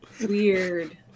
Weird